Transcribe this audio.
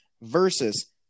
versus